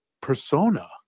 persona